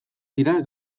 dira